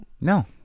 No